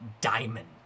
diamond